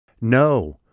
No